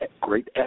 great